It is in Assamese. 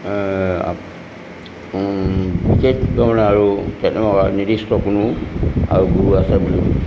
বিশেষ ধৰণে আৰু তেনে নিৰ্দিষ্ট কোনো আৰু গুৰু আছে বুলি